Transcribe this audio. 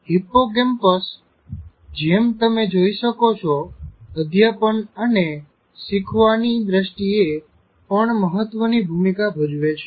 hippocampus જેમ તમે જોઈ શકો છો અધ્યાપન અને શીખવાની દૃષ્ટિએ પણ મહત્વની ભૂમિકા ભજવે છે